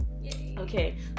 okay